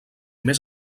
més